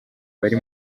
bari